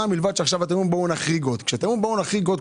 חוץ מזה שאתם אומרים: בואו נחריג עוד.